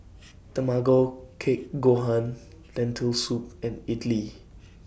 Tamago Kake Gohan Lentil Soup and Idili